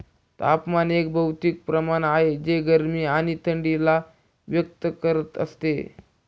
तापमान एक भौतिक प्रमाण आहे जे गरमी आणि थंडी ला व्यक्त करत असते